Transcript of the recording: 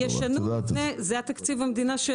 זה תקציב המדינה.